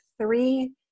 three